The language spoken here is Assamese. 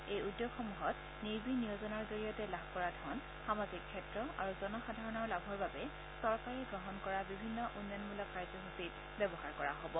এই উদ্যোগসমূহত নিৰ্বিনিয়োজনৰ জৰিয়তে লাভ কৰা ধন সামাজিক ক্ষেত্ৰ আৰু জনসাধাৰণৰ লাভৰ হকে চৰকাৰে গ্ৰহণ কৰা বিভিন্ন উন্নয়নমূলক কাৰ্যসূচীত ব্যৱহাৰ কৰা হ'ব